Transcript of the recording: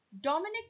Dominic